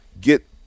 get